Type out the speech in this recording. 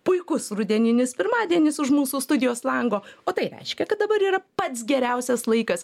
puikus rudeninis pirmadienis už mūsų studijos lango o tai reiškia kad dabar yra pats geriausias laikas